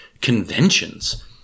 conventions